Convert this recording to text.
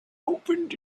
opened